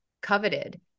coveted